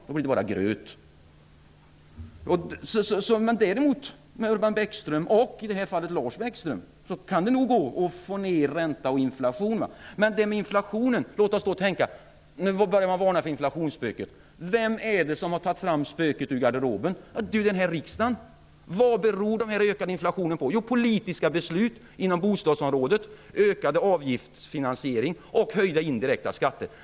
Då blir det bara gröt. Men däremot tillsammans med Urban Bäckström och i det här fallet Lars Bäckström kan det nog gå att få ner ränta och inflation. Nu börjar man varna för inflationsspöket. Vem är det som har tagit fram spöket ur garderoben? Det är ju den här riksdagen. Vad beror den ökade inflationen på? Den beror på politiska beslut på bostadsområdet, ökad avgiftsfinansiering och höjda indirekta skatter.